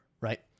Right